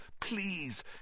Please